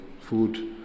food